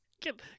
Get